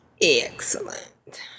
Excellent